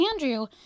Andrew